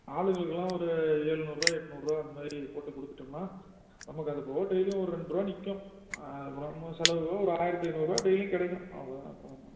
ஆளுங்களுக்கெலாம் ஒரு ஏழ்நூறுரூவா எட்நூறுரூவா அந்த மாதிரி போட்டு கொடுத்துட்டோம்னா நமக்கு அதுப்போக டெய்லியும் ஒரு ரெண்ட்ரூவா நிற்கும் அப்புறம் நம்ம செலவு போக ஒரு ஆயிரத்தி ஐநூறுரூவா டெய்லியும் கிடைக்கும் அவ்வளோதான்